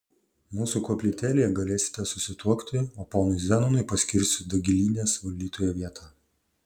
mūsų koplytėlėje galėsite susituokti o ponui zenonui paskirsiu dagilynės valdytojo vietą